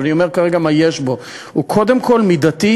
אבל אני אומר כרגע מה יש בו: הוא קודם כול מידתי,